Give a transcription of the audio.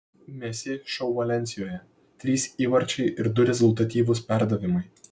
messi šou valensijoje trys įvarčiai ir du rezultatyvūs perdavimai